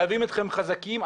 חייבים אתכם חזקים,